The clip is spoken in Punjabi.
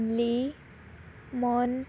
ਲੀ ਮੋਨ